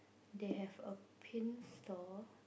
they have a pin store